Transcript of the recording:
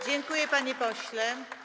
Dziękuję, panie pośle.